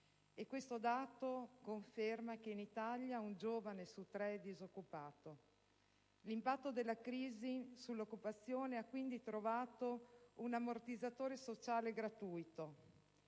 Questo dato conferma dunque che, in Italia, un giovane su tre è disoccupato. L'impatto della crisi sull'occupazione ha quindi trovato un ammortizzatore sociale gratuito.